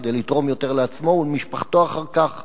כדי לתרום יותר לעצמו ולמשפחתו אחר כך